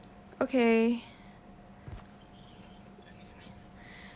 okay